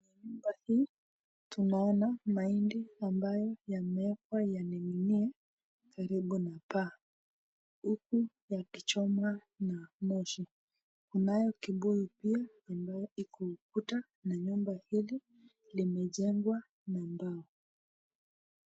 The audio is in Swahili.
Nyumba hii tunaona mahindi ambayo yamewekwa yananinginia karibu na paa huku wakichoma na moshi. Nayo kibuyu hiyo ambayo iko ukuta, na nyumba hili limejengwa na mbao.